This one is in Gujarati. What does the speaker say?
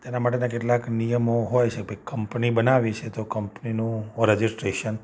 એના માટેના કેટલાક નિયમો હોય છે ભઈ કંપની બનાવી છે તો કંપનીનું રજિસ્ટ્રેશન